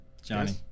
Johnny